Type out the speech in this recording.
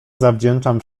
zawdzięczam